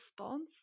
response